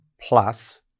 plus